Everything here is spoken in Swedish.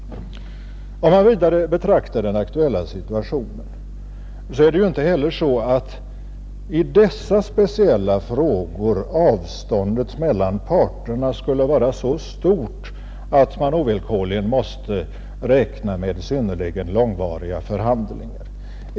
Om man vidare betraktar den aktuella situationen, är det inte heller så att i dessa speciella frågor avståndet mellan parterna skulle vara så stort att man ovillkorligen måste räkna med synnerligen långvariga förhandlingar.